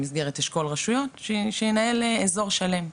במסגרת אשכול רשויות שינהל אזור שלם.